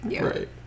Right